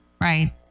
right